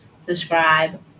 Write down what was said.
subscribe